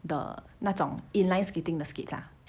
the 那种 inline skating 的 skates ah